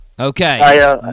Okay